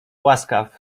łaskaw